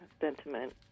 sentiment